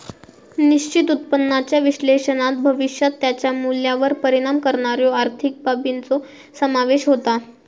निश्चित उत्पन्नाच्या विश्लेषणात भविष्यात त्याच्या मूल्यावर परिणाम करणाऱ्यो आर्थिक बाबींचो समावेश होता